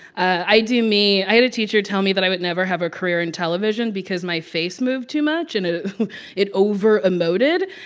i do me i had a teacher tell me that i would never have a career in television because my face moved too much and it overemoted.